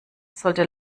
sollte